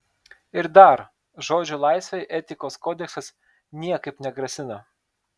ir dar žodžio laisvei etikos kodeksas niekaip negrasina